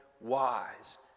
wise